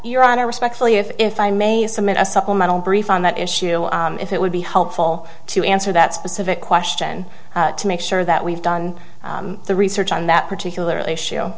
honor respectfully if i may submit a supplemental brief on that issue if it would be helpful to answer that specific question to make sure that we've done the research on that particular issue